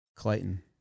Clayton